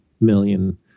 million